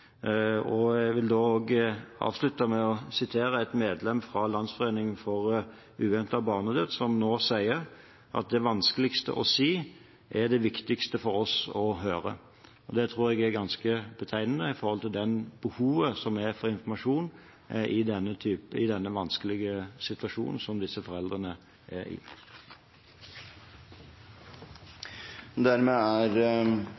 gått. Jeg vil også avslutte med å sitere et medlem fra Landsforeningen uventet barnedød, som nå sier: Det vanskeligste å si er det viktigste for oss å høre. – Det tror jeg er ganske betegnende for behovet for informasjon i den vanskelige situasjonen som disse foreldrene er i. Debatten om redegjørelsen er